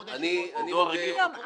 כבוד היושב-ראש.